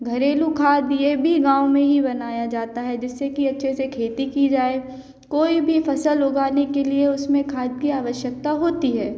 घरेलु खाद यह भी गाँव में ही बनाया जाती है जिससे कि अच्छे से खेती की जाए कोई भी फ़सल उगाने के लिए उसमें खाद की आवश्यकता होती है